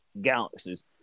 galaxies